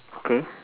okay